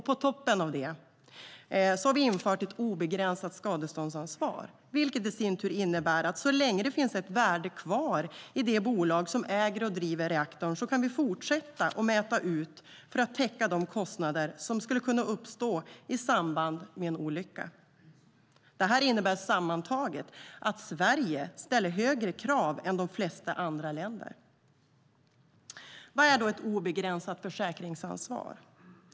På toppen av det har vi infört ett obegränsat skadeståndsansvar, vilket i sin tur innebär att så länge det finns ett värde kvar i det bolag som äger och driver reaktorn kan vi fortsätta att mäta ut för att täcka de kostnader som skulle kunna uppstå i samband med en olycka. Det här innebär sammantaget att Sverige ställer högre krav än de flesta andra länder. Vad är då ett obegränsat försäkringsansvar?